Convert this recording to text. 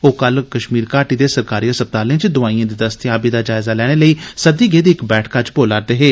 ओ कल कश्मीर घाटी दे सरकारी अस्पतालें च दोआइएं दी दस्तयाबी दा जायज़ा लैने लेई सद्दी गेदी इक बैठका च बोला रदे हे